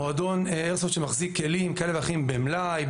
מועדון איירסופט שמחזיק כלים כאלה ואחרים במלאי,